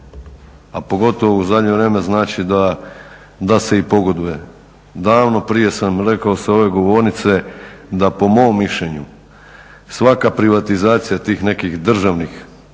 a pogotovo u zadnje vrijeme znači da se i pogoduje. Davno prije sam rekao sa ove govornice da po mom mišljenju svaka privatizacija tih nekih državnih